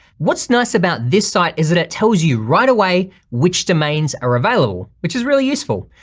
what's nice about this site is that it tells you right away which domains are available, which is really useful.